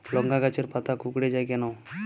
লংকা গাছের পাতা কুকড়ে যায় কেনো?